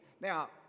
now